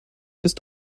ist